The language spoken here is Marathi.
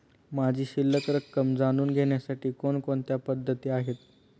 माझी शिल्लक रक्कम जाणून घेण्यासाठी कोणकोणत्या पद्धती आहेत?